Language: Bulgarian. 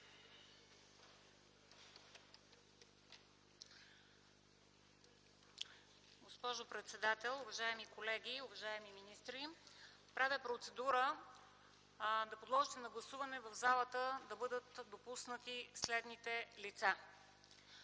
Госпожо председател, уважаеми колеги, уважаеми министри! Правя процедура да подложите на гласуване в залата да бъдат допуснати следните лица: